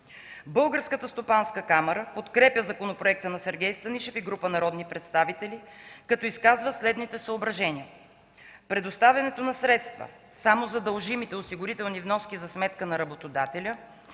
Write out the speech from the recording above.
Българската стопанска камара подкрепя законопроекта на Сергей Станишев и група народни представители, като изказва следните съображения: Предоставянето на средства само за дължимите осигурителни вноски за сметка на работодателя